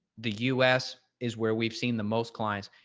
the us is where we've seen the most clients.